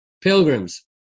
Pilgrims